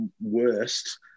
worst